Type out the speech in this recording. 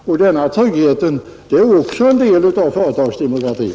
Denna trygghet är också en del av företagsdemokratin.